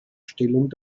stellung